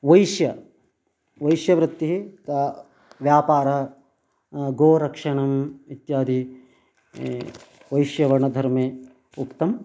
वैश्यः वैश्यवृत्तिः ता व्यापारः गोरक्षणम् इत्यादि वैश्यवर्णधर्मे उक्तम्